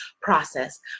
process